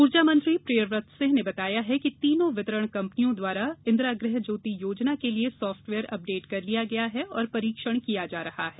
ऊर्जा मंत्री प्रियव्रत सिंह ने बताया है कि तीनों वितरण कंपनियों द्वारा इंदिरा गृह ज्योति योजना के लिए साफ्टवेयर अपडेट कर लिया गया है और परीक्षण किया जा रहा है